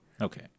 Okay